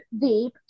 deep